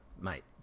mate